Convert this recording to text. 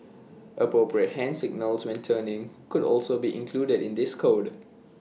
appropriate hand signals when turning could also be included in this code